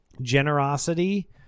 generosity